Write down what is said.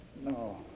No